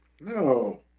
No